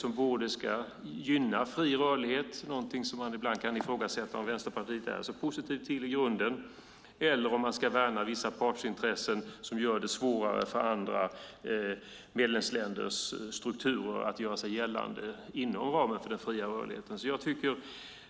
Det gäller om man ska gynna fri rörlighet, någonting som man kan ifrågasätta att Vänsterpartiet är så positivt till i grunden, eller om man ska gynna vissa partsintressen som gör det svårare för andra medlemsländers strukturer att göra sig gällande inom ramen för den fria rörligheten. Herr talman!